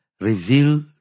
reveal